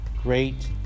great